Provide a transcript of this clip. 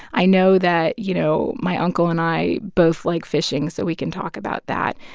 i know that, you know, my uncle and i both like fishing, so we can talk about that.